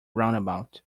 roundabout